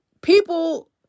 People